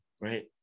Right